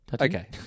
okay